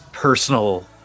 Personal